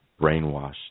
brainwashed